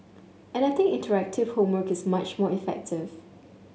and I think interactive homework is much more effective